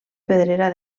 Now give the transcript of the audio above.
pedrera